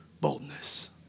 boldness